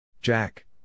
Jack